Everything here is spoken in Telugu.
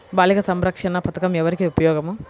బాలిక సంరక్షణ పథకం ఎవరికి ఉపయోగము?